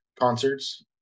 concerts